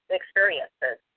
experiences